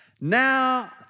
Now